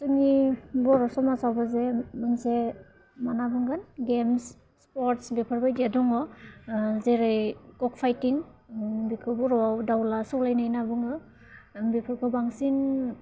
जोंनि बर' समाजावबो जे मोनसे मा होन्ना बुंगोन गेम्स स्पर्टस बेफोरबायदिया दङ जेरै क'क फाइटिं बेखौ बर'आव दाउला सौलायनाय होन्ना बुङो बेफोरखौ बांसिन